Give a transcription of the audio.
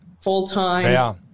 full-time